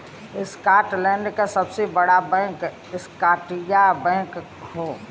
Scotland क सबसे बड़ा बैंक स्कॉटिया बैंक हौ